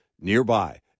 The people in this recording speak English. nearby